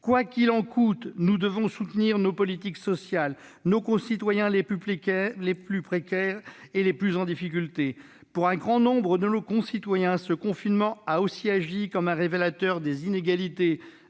Quoi qu'il en coûte », nous devons soutenir par nos politiques sociales, nos concitoyens les plus précaires et les plus en difficulté. Pour un grand nombre de Français, ce confinement a aussi agi comme un révélateur des inégalités